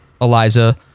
eliza